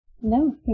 No